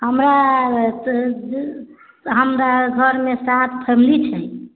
हमरा हमरा घर मे सात फैमिली छै